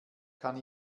kann